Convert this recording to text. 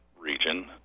region